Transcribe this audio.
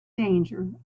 danger